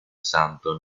santo